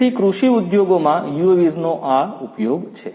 તેથી કૃષિ ઉદ્યોગોમાં UAVs નો આ ઉપયોગ છે